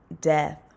death